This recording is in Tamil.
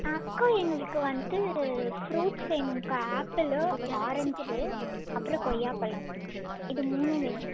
அக்கா எங்களுக்கு வந்து ஃப்ரூட்ஸ் வேணும் அக்கா ஆப்பிளு ஆரஞ்சு அப்புறம் கொய்யா பழம் இது மூணும் வேணும்